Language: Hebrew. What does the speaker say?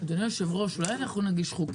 הישיבה ננעלה בשעה